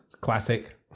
Classic